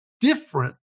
different